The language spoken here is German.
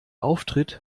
auftritt